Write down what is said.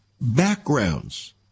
backgrounds